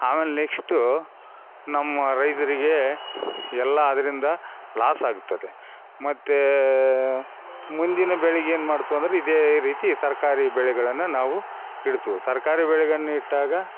ಆಮೇಲೆ ನೆಕ್ಸ್ಟು ನಮ್ಮ ರೈತರಿಗೆ ಎಲ್ಲ ಅದರಿಂದ ಲಾಸ್ ಆಗ್ತದೆ ಮತ್ತು ಮುಂದಿನ ಬೆಳೆಗ್ ಏನು ಮಾಡ್ತಿವಿ ಅಂದ್ರೆ ಇದೇ ರೀತಿ ತರಕಾರಿ ಬೆಳೆಗಳನ್ನ ನಾವು ಇಡ್ತಿವಿ ತರಕಾರಿ ಬೆಳೆಗಳನ್ನು ಇಟ್ಟಾಗ